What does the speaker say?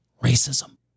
Racism